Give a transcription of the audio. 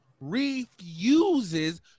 refuses